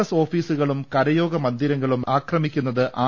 S ഓഫീസുകളും കരയോഗ മന്ദിരങ്ങളും അക്രമിക്കുന്നത് ആർ